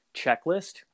checklist